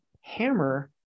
hammer